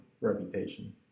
Reputation